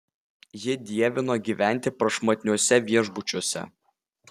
ji dievino gyventi prašmatniuose viešbučiuose